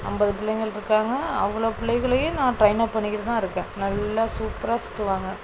ஐம்பது பிள்ளைங்கள்ருக்காங்க அவ்வளோ பிள்ளைகளையும் நான் ட்ரெயினப் பண்ணிக்கிட்டுதான் இருக்கேன் நல்லா சூப்பராக சுற்றுவாங்க